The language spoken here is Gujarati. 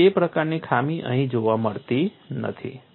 તેથી તે પ્રકારની ખામી અહીં જોવા મળતી નથી